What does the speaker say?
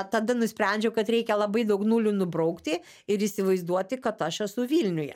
tada nusprendžiau kad reikia labai daug nulių nubraukti ir įsivaizduoti kad aš esu vilniuje